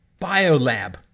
biolab